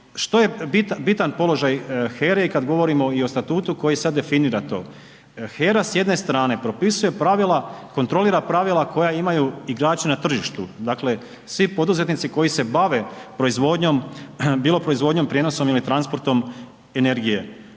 što je bitan položaj HERA-e i kad govorimo i o Statutu koji sad definira to? HERA s jedne strane propisuje pravila, kontrolira pravila koja imaju igrači na tržištu, dakle, svi poduzetnici koji se bave proizvodnjom, bilo proizvodnjom, prijenosom ili transportom energije,